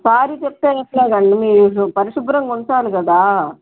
సారి చెప్తే ఎట్లాగ అండి మీరు పరిశుభ్రంగా ఉంచాలి కదా